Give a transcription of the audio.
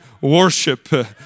worship